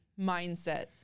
mindset